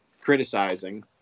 criticizing